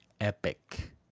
epic